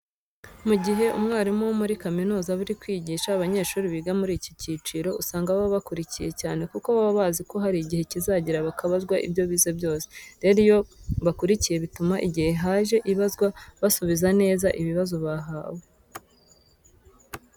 Mu gihe umwarimu wo muri kaminuza ari kwigisha aba banyeshuri biga muri iki cyiciro, usanga baba bakurikiye cyane kuko baba bazi ko hari igihe kizagera bakabazwa ibyo bize byose. Rero iyo bakurikiye bituma igihe haje ibazwa basubiza neza ibibazo bahawe.